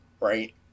right